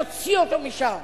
יוציא אותו משם